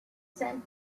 sent